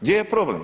Gdje je problem?